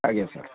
ଆଜ୍ଞା ସାର୍